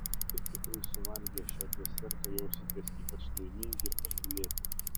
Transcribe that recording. ir tikrai suvalgę šio deserto jausitės ypač laimingi ir pakylėti